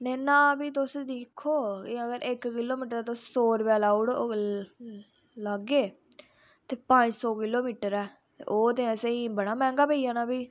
नां फिह् अगर तुस इक किलोमिटर दा सौ रुपये लागे ते पंज सौ रुपये किलोमिटर दा ते ओह् ते असेंगी बडा मैहंगा पेई जाना फ्ही